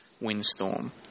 windstorm